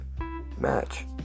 match